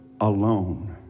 alone